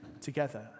together